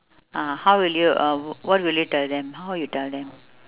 ah how would you uh what would you tell them how you tell them